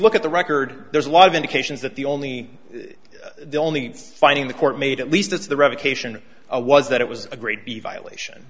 look at the record there's a lot of indications that the only the only finding the court made at least that's the revocation was that it was a grade b violation